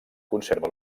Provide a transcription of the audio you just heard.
conserva